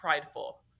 prideful